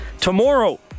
Tomorrow